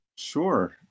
Sure